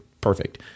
perfect